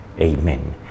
Amen